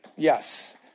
Yes